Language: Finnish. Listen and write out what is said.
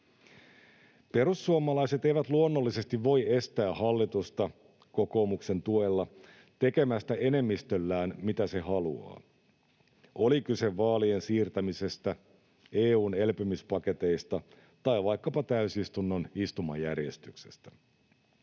Perussuomalaiset eivät luonnollisesti voi estää hallitusta, kokoomuksen tuella, tekemästä enemmistöllään, mitä se haluaa, oli kyse vaalien siirtämisestä, EU:n elpymispaketeista tai vaikkapa täysistunnon istumajärjestyksestä.